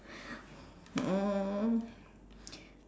um